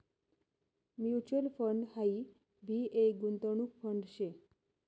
mutual fund हाई भी एक गुंतवणूक फंड शे